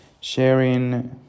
sharing